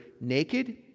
naked